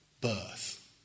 birth